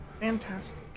Fantastic